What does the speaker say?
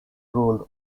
ruled